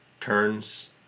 turns